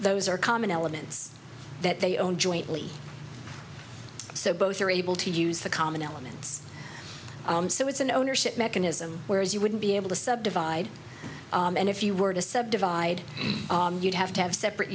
those are common elements that they own jointly so both are able to use the common elements so it's an ownership mechanism whereas you wouldn't be able to subdivide and if you were to subdivide you'd have to have separate